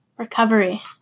Recovery